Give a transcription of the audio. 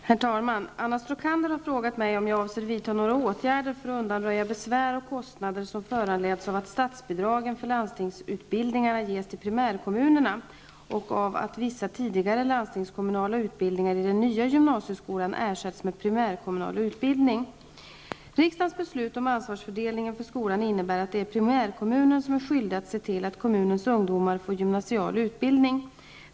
Herr talman! Anna Stråkander har frågat mig om jag avser vidta några åtgärder för att undanröja besvär och kostnader som föranleds av att statsbidragen för landstingsutbildningarna ges till primärkommunerna och av att vissa tidigare landstingskommunala utbildningar i den nya gymnasieskolan ersätts med primärkommunal utbildning. Riksdagens beslut om ansvarsfördelningen för skolan innebär att det är primärkommunen som är skyldig att se till att kommunens ungdomar får gymnasial utbildning.